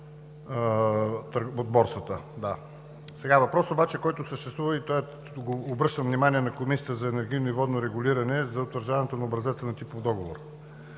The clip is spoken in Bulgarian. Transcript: от борсата. Въпросът обаче, който съществува – обръщам внимание на Комисията за енергийно и водно регулиране – е за утвърждаването на образеца на типов договор.